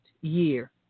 year